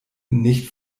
nicht